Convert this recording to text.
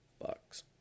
Bucks